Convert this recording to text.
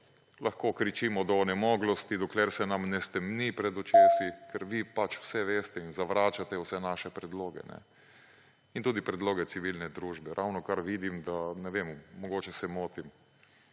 lahko kričimo do onemoglosti, dokler se nam ne stemni pred očmi, ker vi pač vse veste in zavračate vse naše predloge in tudi predloge civilne družbe. Ravnokar vidim, da, ne vem, mogoče se motim,